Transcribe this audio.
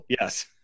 Yes